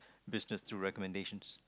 business through recommendations